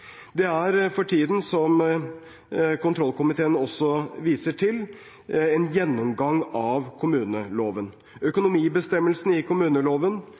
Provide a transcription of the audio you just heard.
Det er for tiden, som kontrollkomiteen også viser til, en gjennomgang av kommuneloven. Økonomibestemmelsene i kommuneloven,